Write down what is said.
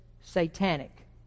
satanic